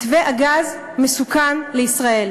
מתווה הגז מסוכן לישראל.